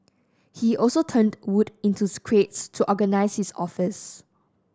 he also turned wood into crates to organise his office